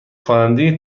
خواننده